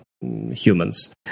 humans